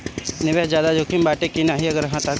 निवेस ज्यादा जोकिम बाटे कि नाहीं अगर हा तह काहे?